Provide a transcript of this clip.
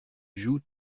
joues